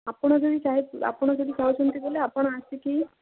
ଆପଣ ଯଦି ଚାହିଁ ଆପଣ ଯଦି ଚାହୁଁଛନ୍ତି ବୋଲେ ଆପଣ ଆସିକି